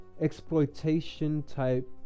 exploitation-type